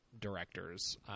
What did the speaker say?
directors